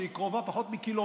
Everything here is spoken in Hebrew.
שהיא קרובה לשם פחות מקילומטר,